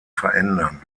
verändern